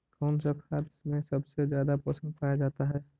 कौन सा खाद मे सबसे ज्यादा पोषण पाया जाता है?